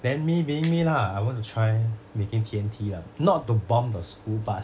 then me being me lah I want to try making T_N_T lah not to bomb the school but